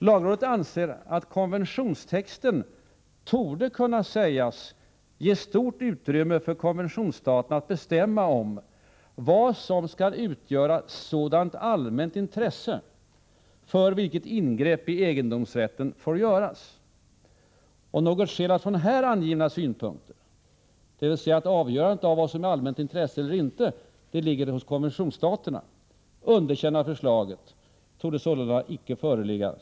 Lagrådet anser att konventionstexten ”torde ——-— kunna sägas” ge ”stort utrymme ——— för konventionsstaterna att bestämma om vad som skall utgöra sådant allmänt intresse för vilket ingrepp i egendomsrätt får göras”. Något skäl att ”från här angivna synpunkter” — dvs. att avgörandet av vad som är allmänt intresse eller inte ligger hos konventionsstaterna — ”underkänna ——— förslaget torde sålunda inte föreligga”.